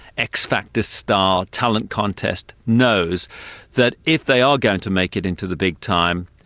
x-factor style talent contest, knows that if they are going to make it into the big time,